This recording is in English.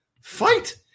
Fight